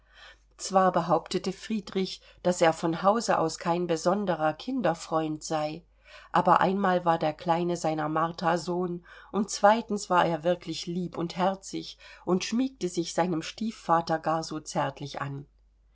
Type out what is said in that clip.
zwar behauptete friedrich daß er von hause aus kein besonderer kinderfreund sei aber einmal war der kleine seiner martha sohn und zweitens war er wirklich lieb und herzig und schmiegte sich seinem stiefvater gar so zärtlich an